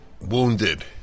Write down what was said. wounded